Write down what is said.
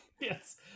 Yes